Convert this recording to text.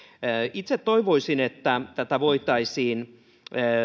itse toivoisin että tätä voitaisiin